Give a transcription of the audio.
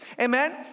amen